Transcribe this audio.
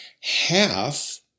half